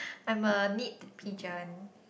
I'm a neat pigeon